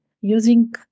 using